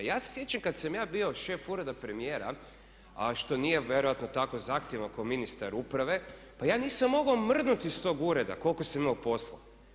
Ja se sjećam kad sam ja bio šef Ureda premijera, a što nije vjerojatno tako zahtjevno kao ministar uprave, pa ja nisam mogao mrdnuti iz tog ureda koliko sam imao posla.